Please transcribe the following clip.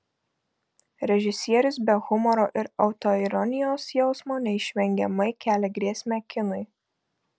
režisierius be humoro ir autoironijos jausmo neišvengiamai kelia grėsmę kinui